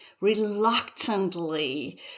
reluctantly